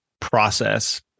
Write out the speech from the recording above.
process